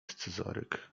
scyzoryk